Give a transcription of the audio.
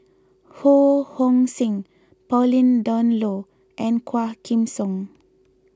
Ho Hong Sing Pauline Dawn Loh and Quah Kim Song